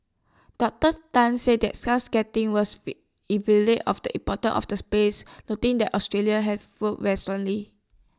Doctor Tan said the gazetting was of the importance of the space noting that Australia have very strongly